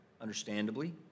understandably